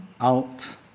out